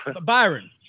Byron